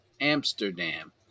Amsterdam